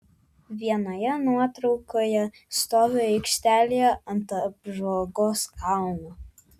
vienoje nuotraukoje stoviu aikštelėje ant apžvalgos kalno